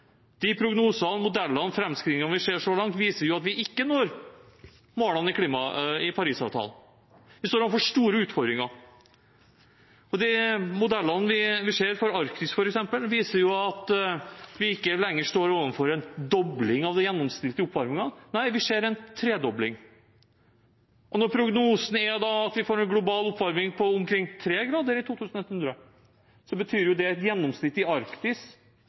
De prognosene, modellene og framskrivningene vi ser så langt, viser jo at vi ikke når målene i Parisavtalen. Vi står overfor store utfordringer. Modellene vi ser for Arktis, f.eks., viser at vi ikke lenger står overfor en dobling av den gjennomsnittlige oppvarmingen – nei, vi ser en tredobling. Og når prognosene da er at vi får en global oppvarming på omkring 3 °C i 2100, betyr det et gjennomsnitt i Arktis,